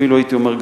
אפילו הייתי אומר,